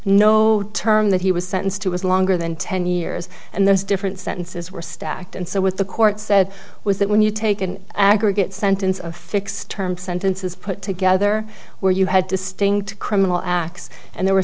no term that he was sentenced to was longer than ten years and there's different sentences were stacked and so with the court said was that when you take an aggregate sentence of fixed term sentences put together where you had distinct criminal acts and there were